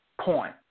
Point